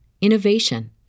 innovation